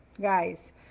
Guys